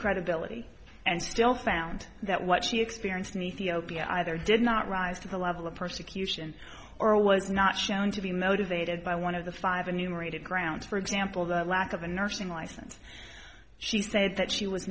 credibility and still found that what she experienced me theo be either did not rise to the level of persecution or was not shown to be motivated by one of the five a numerated grounds for example the lack of a nursing license she said that she was